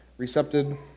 recepted